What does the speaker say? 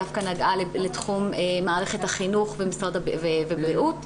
דווקא נגעה לתחום מערכת החינוך והבריאות.